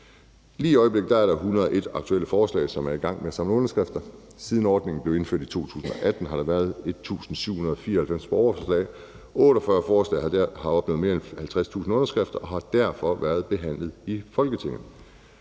Lige i øjeblikket er der 101 forslag, som man er i gang med at samle underskrifter til. Siden ordningen blev indført i 2018, har der været 1.794 borgerforslag; 48 forslag har opnået mere end 50.000 underskrifter og har derfor været behandlet i Folketinget.